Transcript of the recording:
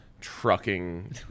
trucking